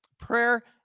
Prayer